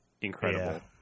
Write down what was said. incredible